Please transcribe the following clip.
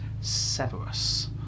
Severus